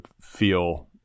feel